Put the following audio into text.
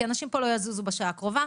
כי האנשים פה לא יזוזו בשעה הקרובה,